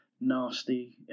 nasty